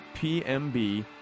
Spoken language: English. PMB